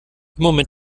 moment